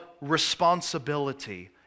responsibility